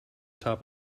top